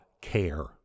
care